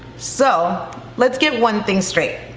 so let's get one thing straight.